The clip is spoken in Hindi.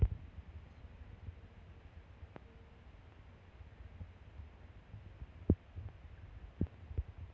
स्टेट बैंक ऑफ इंडिया की स्थापना दो जून अठारह सो छह में कलकत्ता में हुई